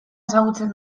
ezagutzen